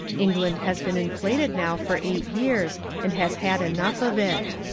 england has been inflated now for eight years and has had enough of it.